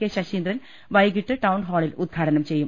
K Saseendran വൈകിട്ട് ടൌൺഹാ ളിൽ ഉദ്ഘാടനം ചെയ്യും